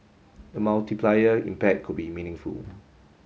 the multiplier impact could be meaningful